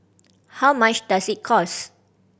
how much does it cost